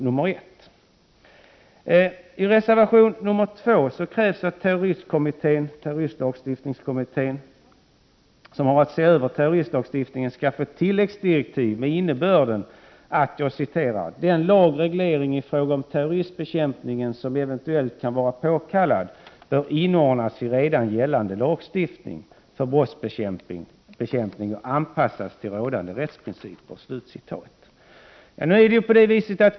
Jag yrkar I reservation 2 krävs att terroristlagstiftningskommittén, som har att se över terroristlagstiftningen, skall få tilläggsdirektiv med innebörden att ”den lagreglering i fråga om terroristbekämpning som eventuellt kan vara påkallad bör inordnas i redan gällande lagstiftning för brottsbekämpning och anpassas till rådande rättsprinciper”.